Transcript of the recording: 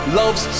loves